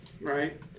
right